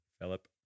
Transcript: Philip